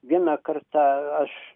vieną kartą aš